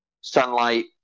sunlight